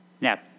Now